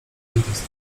dentysty